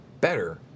better